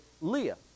Leah